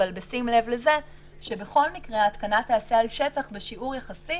אבל בשים לב לזה שבכל מקרה ההתקנה תיעשה על שטח בשיעור יחסי